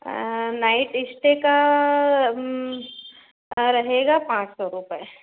night stay का रहेगा पाँच सौ रुपये